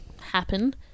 happen